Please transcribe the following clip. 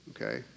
Okay